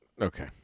Okay